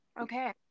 Okay